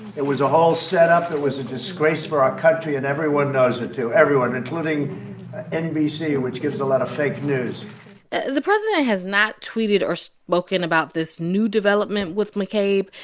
it was a whole setup. it was a disgrace for our country. and everyone knows it, too. everyone, including nbc, which gives a lot of fake news the president has not tweeted or spoken about this new development with mccabe.